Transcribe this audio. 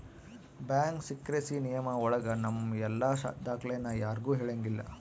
bank secrecy ನಿಯಮ ಒಳಗ ನಮ್ ಎಲ್ಲ ದಾಖ್ಲೆನ ಯಾರ್ಗೂ ಹೇಳಂಗಿಲ್ಲ